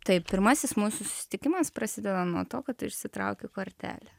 tai pirmasis mūsų susitikimas prasideda nuo to kad išsitraukiu kortelę